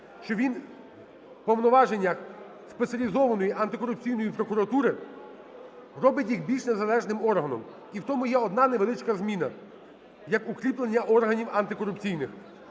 що він в повноваженнях Спеціалізованої антикорупційної прокуратури робить їх більш незалежним органом. І в тому є одна невеличка зміна – як укріплення органів антикорупційних.